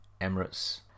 Emirates